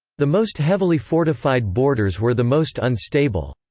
the most heavily fortified borders were the most unstable.